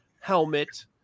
helmet